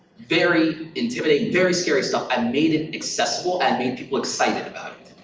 very intimidating, very scary stuff, i made it accessible and made people excited about it.